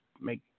make